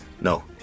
No